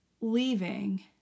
leaving